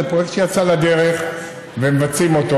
שיצא לדרך ומבצעים אותו.